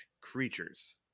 creatures